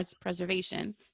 preservation